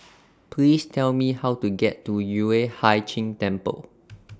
Please Tell Me How to get to Yueh Hai Ching Temple